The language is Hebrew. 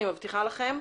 אני מבטיחה לכם.